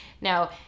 Now